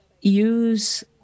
use